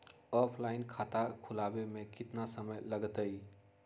Offline खाता खुलबाबे में केतना समय लगतई?